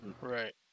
right